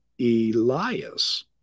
Elias